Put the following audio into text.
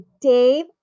Dave